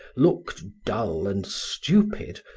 looked dull and stupid,